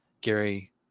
Gary